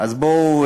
אז בואו,